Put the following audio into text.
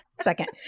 second